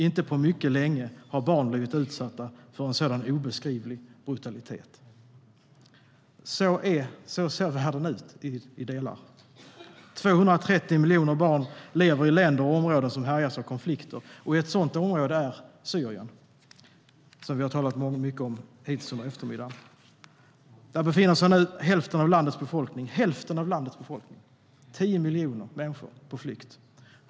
Inte på mycket länge har barn blivit utsatta för en sådan obeskrivlig brutalitet. Så ser världen ut i vissa delar. 230 miljoner barn lever i länder och områden som härjas av konflikter. Ett sådant område är Syrien, som många har talat mycket om under eftermiddagen. Där befinner sig nu hälften av landets befolkning, tio miljoner människor, på flykt.